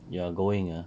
you are going ah